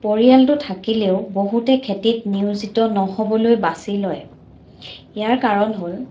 পৰিয়ালটো থাকিলেও বহুতে খেতিত নিয়োজিত নহ'বলৈ বাছি লয় ইয়াৰ কাৰণ হ'ল